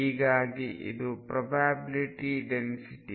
ಹೀಗಾಗಿ ಇದು probability density